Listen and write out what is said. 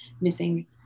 missing